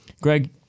Greg